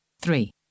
three